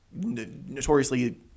notoriously